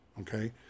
Okay